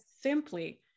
simply